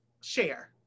share